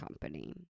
Company